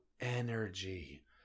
energy